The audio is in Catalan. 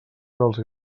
dels